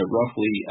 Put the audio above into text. roughly